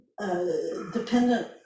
dependent